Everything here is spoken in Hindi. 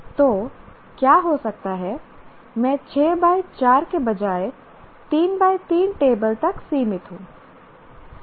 तो क्या हो सकता है मैं 6 बाय 4 के बजाय 3 बाय 3 टेबल तक सीमित हूं